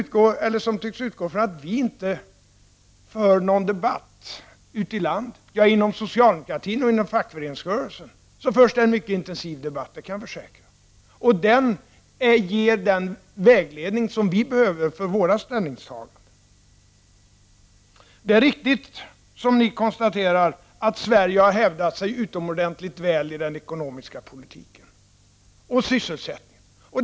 Hon tycks utgå från att vi inte för någon debatt ute i landet. Inom socialdemokratin och fackföreningsrörelsen förs en mycket intensiv debatt, det kan jag försäkra. Den ger den vägledning som vi behöver för våra ställningstaganden. Det är riktigt som ni konstaterar att Sverige har hävdat sig utomordentligt väli den ekonomiska politiken och sysselsättningspolitiken.